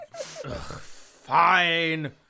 Fine